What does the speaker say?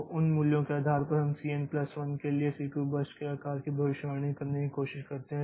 तो उन मूल्यों के आधार पर हम c n प्लस 1 के लिए सीपीयू बर्स्ट के आकार की भविष्यवाणी करने की कोशिश करते हैं